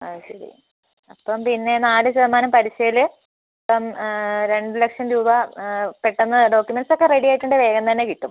അത് ശരി അപ്പം പിന്നെ നാല് ശതമാനം പലിശയിൽ ഇപ്പം രണ്ട് ലക്ഷം രൂപ പെട്ടെന്ന് ഡോക്യൂമെന്റസൊക്കെ റെഡി ആയിട്ടുണ്ടെങ്കിൽ വേഗം തന്നെ കിട്ടും